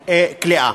הכליאה.